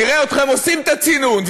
נראה אתכם עושים את הצינון,